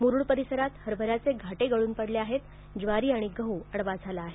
मुरुड परिसरात हरभऱ्याचे घाटे गळुन पडले आहेत ज्वारी आणि गहू आडवा झाला आहे